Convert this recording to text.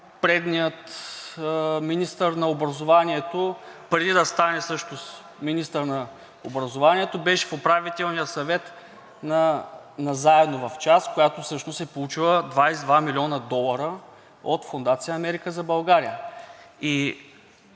предният министър на образованието, преди да стане всъщност министър на образованието, беше в Управителния съвет на „Заедно в час“, която всъщност е получила 22 млн. долара от Фондация „Америка за България“. И